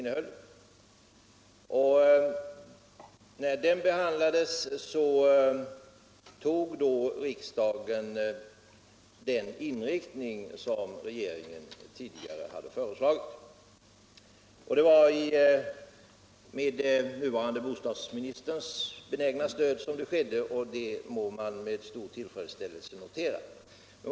När denna motion behandlades godtog riksdagen den inriktning som regeringen tidigare hade föreslagit. Detta skedde med den nuvarande bostadsministerns benägna stöd, vilket man med stor tillfredsställelse må notera.